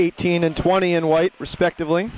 eighteen and twenty and white respectively